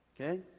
okay